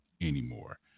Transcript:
anymore